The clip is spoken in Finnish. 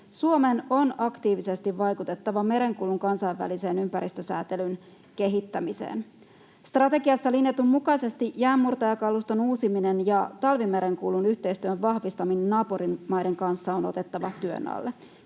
Suomen on aktiivisesti vaikutettava merenkulun kansainvälisen ympäristösäätelyn kehittämiseen. Strategiassa linjatun mukaisesti jäänmurtajakaluston uusiminen ja talvimerenkulun yhteistyön vahvistaminen naapurimaiden kanssa on otettava työn alle.